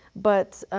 but,